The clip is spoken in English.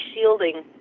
shielding